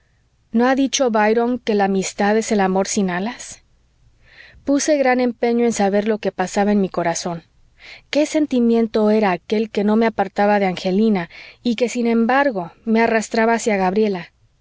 no ha dicho byron que la amistad es el amor sin alas puse gran empeño en saber lo que pasaba en mi corazón qué sentimiento era aquél que no me apartaba de angelina y que sin embargo me arrastraba hacia gabriela